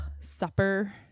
supper